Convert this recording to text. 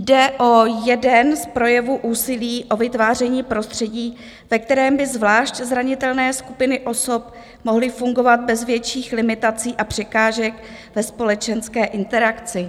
Jde o jeden z projevů úsilí o vytváření prostředí, ve kterém by zvlášť zranitelné skupiny osob mohly fungovat bez větších limitací a překážek ve společenské interakci.